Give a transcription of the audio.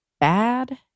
bad